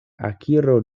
akiro